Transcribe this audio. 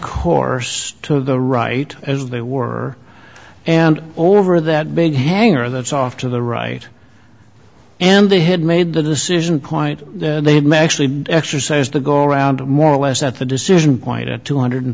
course to the right as they were and over that big hangar that's off to the right and they had made the decision point they had met actually exercised to go around more or less at the decision point at two hundred